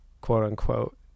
quote-unquote